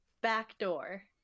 backdoor